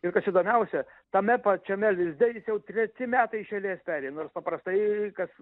ir kas įdomiausia tame pačiame lizde jis jau treti metai iš eilės peri nors paprastai kas